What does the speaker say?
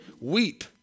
weep